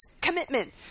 commitment